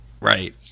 Right